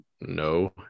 No